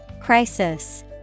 Crisis